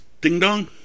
ding-dong